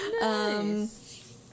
Nice